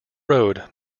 road